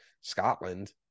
Scotland